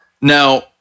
Now